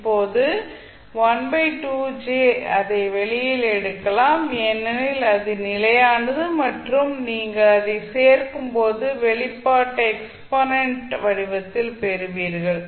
இப்போது அதை வெளியே எடுக்கலாம் ஏனெனில் அது நிலையானது மற்றும் நீங்கள் அதை சேர்க்கும் போது வெளிப்பாட்டை எக்ஸ்பொனென்ட் வடிவத்தில் பெறுவீர்கள்